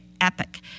Epic